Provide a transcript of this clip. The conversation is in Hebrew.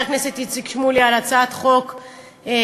חבר הכנסת איציק שמולי על הצעת חוק נבונה,